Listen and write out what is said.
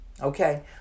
okay